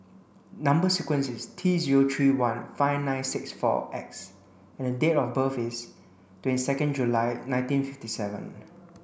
number sequence is T zero three one five nine six four X and the date of birth is twenty second July nineteen fifty seven